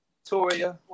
Victoria